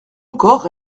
encore